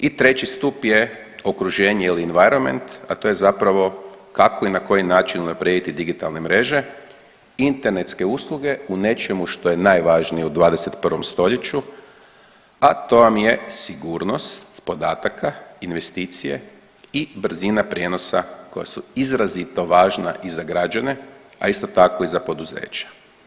I treći stup je okruženje ili environment, a to je zapravo kako i na koji način unaprijediti digitalne mreže, internetske usluge u nečemu što je najvažnije u 21. stoljeću, a to vam je sigurnost podataka, investicije i brzina prijenosa koja su izrazito važna i za građane, a isto tako i za poduzeća.